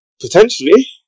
Potentially